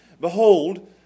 Behold